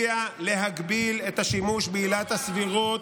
להגביל את השימוש בעילת הסבירות,